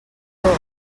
tos